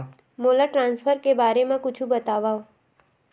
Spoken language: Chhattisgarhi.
मोला ट्रान्सफर के बारे मा कुछु बतावव?